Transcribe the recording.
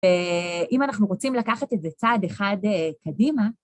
אם אנחנו רוצים לקחת את זה צעד אחד קדימה...